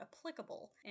applicable